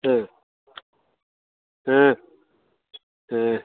ಸರಿ ಹಾಂ ಹಾಂ